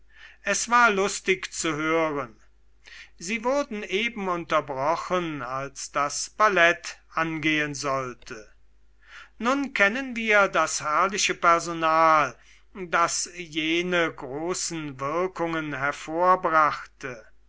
es war lustig zu hören sie wurden eben unterbrochen als das ballett angehen sollte nun kennen wir das herrliche personal das jene großen wirkungen hervorbrachte